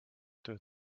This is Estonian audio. tööd